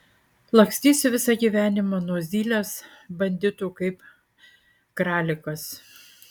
lakstysi visą gyvenimą nuo zylės banditų kaip kralikas